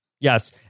yes